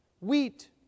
wheat